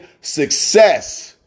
success